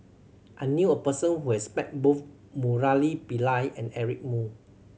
I knew a person who has met both Murali Pillai and Eric Moo